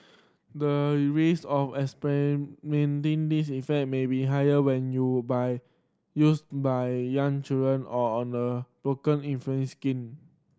the risk of experiencing these effect may be higher when you by used by young children or on The Broken inflamed skin